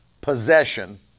possession